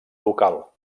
local